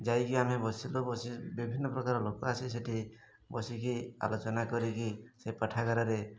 ଯାଇକି ଆମେ ବସିଲୁ ବସି ବିଭିନ୍ନ ପ୍ରକାର ଲୋକ ଆସି ସେଠି ବସିକି ଆଲୋଚନା କରିକି ସେ ପାଠାଗାରରେ